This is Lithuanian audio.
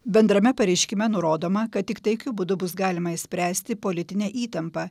bendrame pareiškime nurodoma kad tik taikiu būdu bus galima išspręsti politinę įtampą